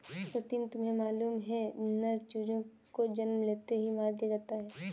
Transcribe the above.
प्रीतम तुम्हें मालूम है नर चूजों को जन्म लेते ही मार दिया जाता है